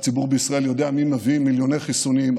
הציבור בישראל יודע מי מביא מיליוני חיסונים,